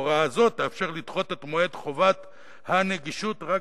הוראה זו תאפשר לדחות את מועד חובת הנגישות רק